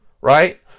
Right